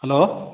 hello